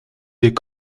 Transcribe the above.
des